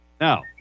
Now